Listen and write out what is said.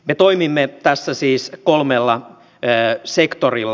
me toimimme tässä siis kolmella sektorilla